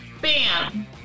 Bam